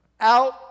out